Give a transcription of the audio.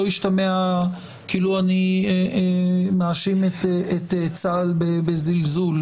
ישתמע כאילו אני מאשים את צה"ל בזלזול,